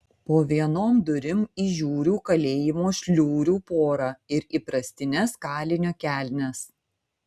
po vienom durim įžiūriu kalėjimo šliurių porą ir įprastines kalinio kelnes